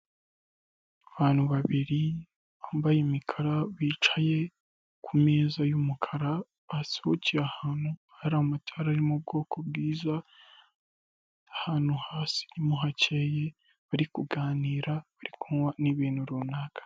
Abantu babiri bambaye imikara bicaye ku meza y'umukara, basohokeye ahantu hari amatara yo mu bwoko bwiza, ahantu h'ahasirimu hakeye bari kuganira bari kunywa n'ibintu runaka.